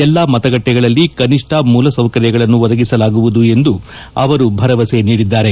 ಎಲ್ಲಾ ಮತಗಟ್ಟೆಗಳಲ್ಲಿ ಕನಿಷ್ಠ ಮೂಲ ಸೌಕರ್ಯಗಳನ್ನು ಒದಗಿಸಲಾಗುವುದು ಎಂದು ಅವರು ಭರವಸೆ ನೀಡಿದ್ದಾರೆ